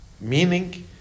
meaning